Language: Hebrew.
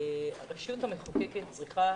הרשות המחוקקת צריכה